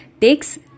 takes